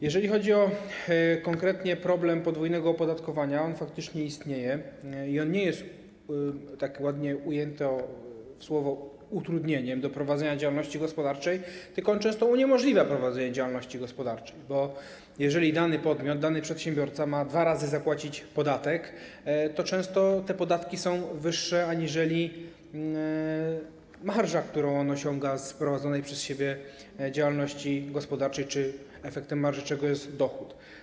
Jeżeli chodzi konkretnie o problem podwójnego opodatkowania, to on faktycznie istnieje i nie jest, tak to ładnie ujęto w słowa, utrudnieniem w prowadzeniu działalności gospodarczej, tylko często uniemożliwia prowadzenie działalności gospodarczej, bo jeżeli dany podmiot, dany przedsiębiorca ma dwa razy zapłacić podatek, to często te podatki są wyższe aniżeli marża, którą on osiąga z prowadzonej przez siebie działalności gospodarczej, a efektem marży jest dochód.